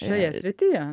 šioje srityje